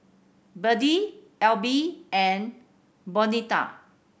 Birtie Elby and Bonita